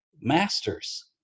masters